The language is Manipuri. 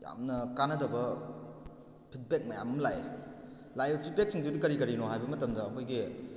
ꯌꯥꯝꯅ ꯀꯥꯟꯅꯗꯕ ꯐꯤꯗꯕꯦꯛ ꯃꯌꯥꯝ ꯑꯃ ꯂꯥꯛꯑꯦ ꯂꯥꯛꯏꯕ ꯐꯤꯗꯕꯦꯛꯁꯤꯡꯗꯨꯗꯤ ꯀꯔꯤ ꯀꯔꯤꯅꯣ ꯍꯥꯏꯕ ꯃꯇꯝꯗ ꯑꯩꯈꯣꯏꯒꯤ